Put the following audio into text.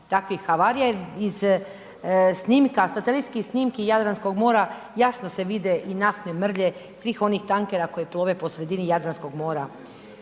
takvih havarija. Jer iz snimka, satelitskih snimki Jadranskog mora jasno se vide i naftne mrlje svih onih tankera koji plove po sredini Jadranskog mora